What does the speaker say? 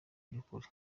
by’ukuri